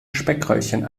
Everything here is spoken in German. speckröllchen